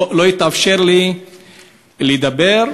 לא התאפשר לי לדבר,